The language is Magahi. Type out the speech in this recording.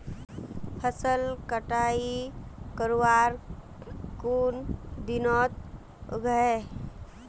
फसल कटाई करवार कुन दिनोत उगैहे?